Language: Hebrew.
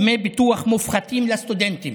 דמי ביטוח מופחתים לסטודנטים).